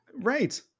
right